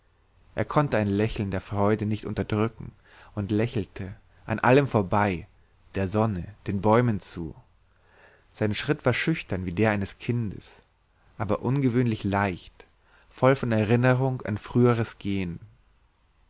er konnte ein lächeln der freude nicht unterdrücken und lächelte an allem vorbei der sonne den bäumen zu sein schritt war schüchtern wie der eines kindes aber ungewöhnlich leicht voll von erinnerung an früheres gehen